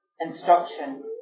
instruction